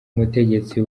mutegetsi